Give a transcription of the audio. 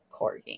corgi